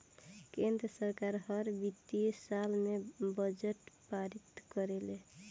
केंद्र सरकार हर वित्तीय साल में बजट पारित करेले